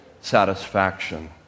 satisfaction